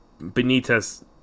Benitez